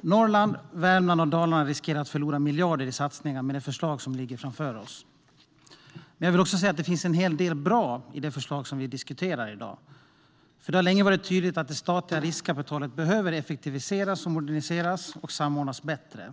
Norrland, Värmland och Dalarna riskerar att förlora miljarder i satsningar med det förslag som ligger framför oss. Men jag vill också säga att det finns en hel del bra i det förslag som vi diskuterar i dag. Det har länge varit tydligt att det statliga riskkapitalet behöver effektiviseras och moderniseras och samordnas bättre.